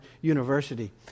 University